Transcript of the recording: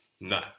no